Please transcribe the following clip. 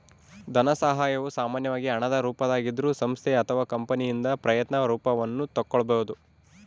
ಧನಸಹಾಯವು ಸಾಮಾನ್ಯವಾಗಿ ಹಣದ ರೂಪದಾಗಿದ್ರೂ ಸಂಸ್ಥೆ ಅಥವಾ ಕಂಪನಿಯಿಂದ ಪ್ರಯತ್ನ ರೂಪವನ್ನು ತಕ್ಕೊಬೋದು